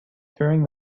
during